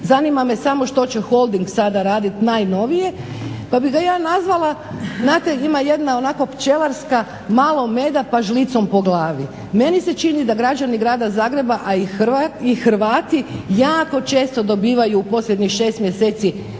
zanima me samo što će Holding sada raditi najnovije? Pa bih ga ja nazvala, znate ima jedna onako pčelarska – malo meda pa žlicom po glavi. Meni se čini da građani Grada Zagreba, a i Hrvati, jako često dobivaju u posljednjih 6 mjeseci